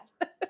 Yes